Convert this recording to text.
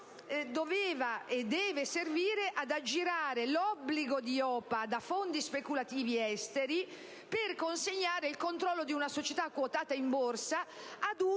quel momento avrebbe voluto aggirare l'obbligo di OPA da fondi speculativi esteri per consegnare il controllo di una società quotata in borsa ad una